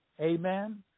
Amen